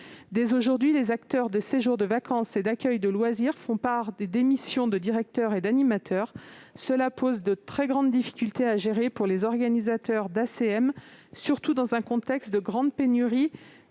Dès aujourd'hui, les acteurs des séjours de vacances et d'accueils de loisirs font part de démissions de directeurs et d'animateurs. Cela suscite de très grandes difficultés pour les organisateurs d'ACM, et ce dans un contexte de grande pénurie